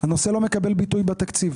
הנושא לא מקבל ביטוי בתקציב.